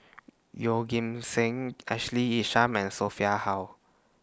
Yeoh Ghim Seng Ashley Isham and Sophia Hull